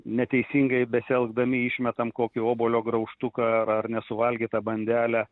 neteisingai besielgdami išmetam kokį obuolio graužtuką ar ar nesuvalgytą bandelę